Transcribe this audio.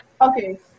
Okay